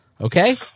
Okay